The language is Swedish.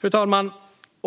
Fru talman!